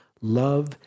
Love